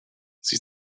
sie